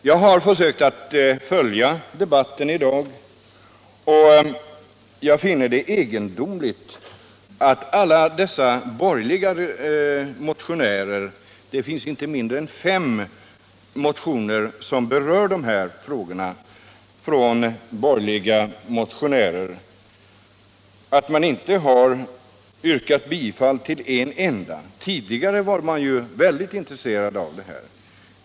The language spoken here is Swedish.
Jag har försökt att följa debatten i dag, och jag finner det egendomligt att ingen av de borgerliga motionärerna — inte mindre än fem borgerliga motioner berör denna fråga — har yrkat bifall till en enda av sina motioner. Tidigare var man mycket intresserad av detta spörsmål.